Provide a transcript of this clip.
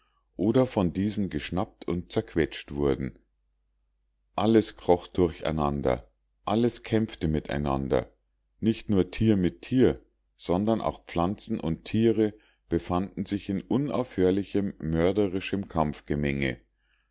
oder von diesen geschnappt und zerquetscht wurden alles kroch durcheinander alles kämpfte miteinander nicht nur tier mit tier sondern auch pflanzen und tiere befanden sich in unaufhörlichem mörderischem